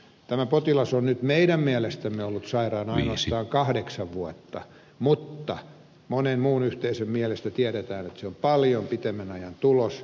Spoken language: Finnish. tämä potilas on nyt meidän mielestämme ollut sairaana ainoastaan kahdeksan vuotta mutta monen muun yhteisön mielestä tiedetään että se on paljon pitemmän ajan tulos